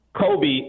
Kobe